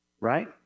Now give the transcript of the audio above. Right